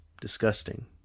disgusting